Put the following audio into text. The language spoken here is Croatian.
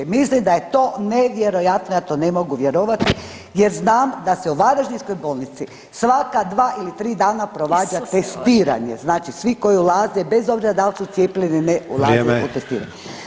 Mislim da je to nevjerojatno, ja to ne mogu vjerovati jer znam da se u varaždinskoj bolnici svaka 2 ili 3 dana provađa testiranje [[Upadica: Isuse Bože.]] znači svi koji ulaze bez obzira da li su cijepljeni ili ne [[Upadica: Vrijeme.]] ulaze u testiranje.